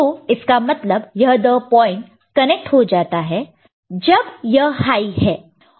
तो इसका मतलब यह दो पॉइंट कनेक्ट हो जाता है जब यह हाई है